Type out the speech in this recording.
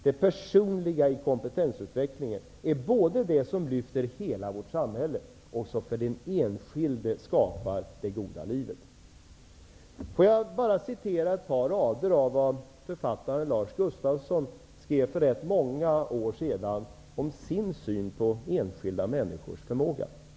Det personliga i kompetensutvecklingen är både det som lyfter hela vårt samhälle och det som för den enskilde skapar det goda livet. Får jag hänvisa till ett par rader som författaren Lars Gustafsson skrev för rätt många år sedan om sin syn på enskilda människors förmåga.